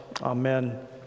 Amen